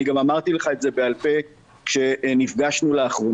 אני גם אמרתי לך את זה בעל פה כשנפגשנו לאחרונה,